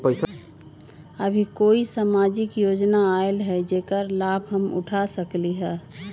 अभी कोई सामाजिक योजना आयल है जेकर लाभ हम उठा सकली ह?